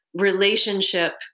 relationship